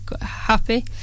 Happy